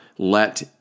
Let